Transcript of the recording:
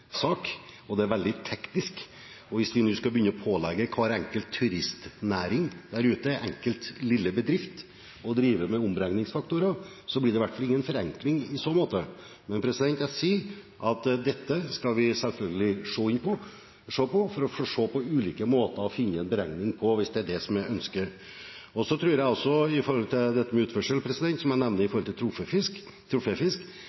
og det er veldig teknisk. Hvis vi skal begynne å pålegge hver enkelt turistnæring og hver enkelt lille bedrift der ute å drive med omregningsfaktorer, blir det i hvert fall ingen forenkling i så måte. Jeg sier at vi selvfølgelig skal se på ulike måter å finne en beregning på, hvis det er ønsket. Når det gjelder dette med utførsel, som jeg